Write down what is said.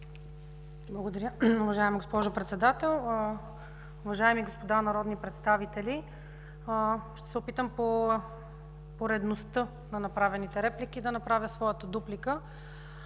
Благодаря, уважаема госпожо Председател. Уважаеми господа народни представители, ще се опитам по поредността на направените реплики да направя своята дуплика.